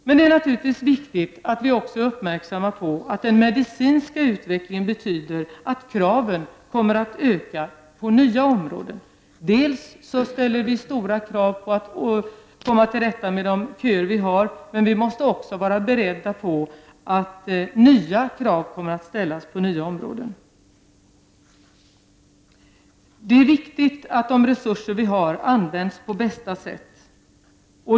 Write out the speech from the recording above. Men det är naturligtvis viktigt att vi också är uppmärksamma på att den medicinska utvecklingen medför att kraven kommer att öka på nya områden. Dels ställs det krav på att komma till rätta med de köer vi har, dels måste vi vara beredda på att nya krav kommer att ställas på andra områden. Det är viktigt att de resurser vi har används på bästa sätt.